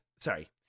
sorry